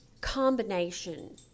combination